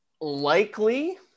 likely